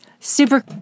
Super